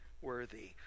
worthy